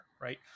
right